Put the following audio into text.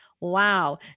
Wow